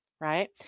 right